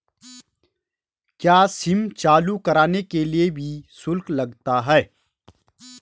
क्या सिम चालू कराने के लिए भी शुल्क लगता है?